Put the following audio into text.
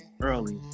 early